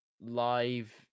live